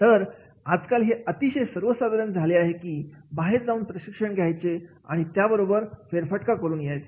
तर आजकाल हे अतिशय सर्वसाधारण झाले आहे की बाहेर जाऊन प्रशिक्षण घ्यायचे आणि त्याबरोबर फेरफटका करून यायचं